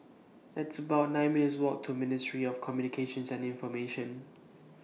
It's about nine minutes' Walk to Ministry of Communications and Information